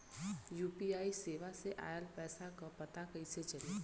UPI सेवा से ऑयल पैसा क पता कइसे चली?